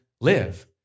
live